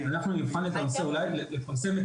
אנחנו נבחן את הנושא ואולי לפרסם את